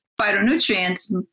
phytonutrients